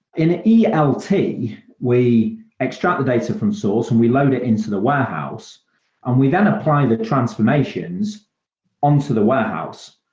in yeah elt, we extract the data from source and we load ah into the warehouse and we then apply the transformations on to the warehouse.